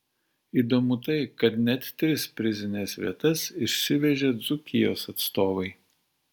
įdomu tai kad net tris prizines vietas išsivežė dzūkijos atstovai